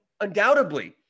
undoubtedly